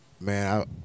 man